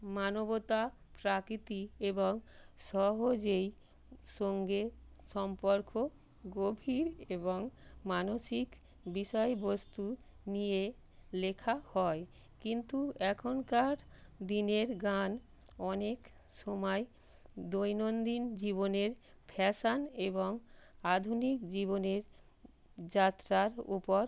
মানবতা প্রকৃতি এবং সহজেই সঙ্গে সম্পর্ক গভীর এবং মানসিক বিষয়বস্তু নিয়ে লেখা হয় কিন্তু এখনকার দিনের গান অনেক সময় দৈনন্দিন জীবনের ফ্যাশান এবং আধুনিক জীবনের যাত্রার উপর